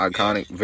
Iconic